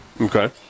Okay